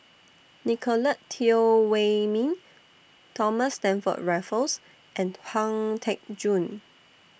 Nicolette Teo Wei Min Thomas Stamford Raffles and Pang Teck Joon